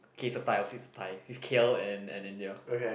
k it's a tie i would say it's a tie with K_L and and India